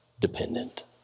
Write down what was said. dependent